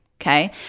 okay